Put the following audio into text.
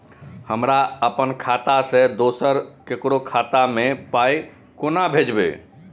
हमरा आपन खाता से दोसर ककरो खाता मे पाय कोना भेजबै?